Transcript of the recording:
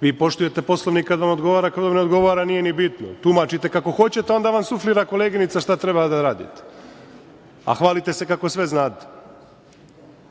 Vi poštujete Poslovnik kad vam odgovara a kad vam ne odgovara, nije ni bitno, tumačite kako hoćete, a onda vam suflira koleginica šta treba da radite. A hvalite se kako sve znate. To